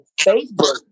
Facebook